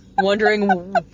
Wondering